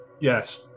Yes